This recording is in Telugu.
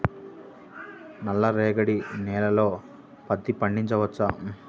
నల్ల రేగడి నేలలో పత్తి పండించవచ్చా?